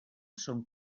són